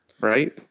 right